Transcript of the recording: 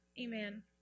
Amen